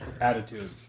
attitude